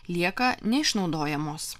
lieka neišnaudojamos